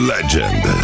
Legend